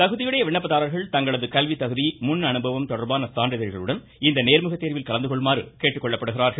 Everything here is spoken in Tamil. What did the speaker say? தகுதியுடைய விண்ணப்பதாரர்கள் தங்களது கல்வி தகுதி முன் அனுபவம் தொடர்பான சான்றிதழ்களுடன் இந்த நேர்முக தேர்வில் கலந்துகொள்ளுமாறு கேட்டுக்கொள்ளப்படுகிறார்கள்